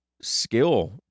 skill